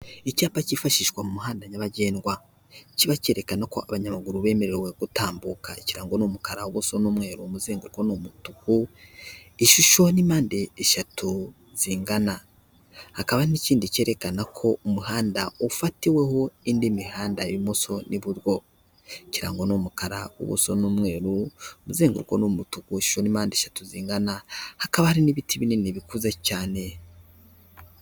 Icyapa cyifashishwa mu muhanda nyabagendwa. Kiba cyekana ko abanyamaguru bemerewe gutambuka, ikirango ni umukara, ubuso ni umweru, umuzenguruko ni umutuku ishusho n'impande eshatu zingana. Hakaba n'ikindi cyerekana ko umuhanda ufatiweho indi mihanda ibumoso n'iburyo. Ikirango ni umukara, ubuso ni umweru, uzenguruko ni umutuku, ishusho ni mpande shatu zingana hakaba hari n'ibiti binini bikuze cyane.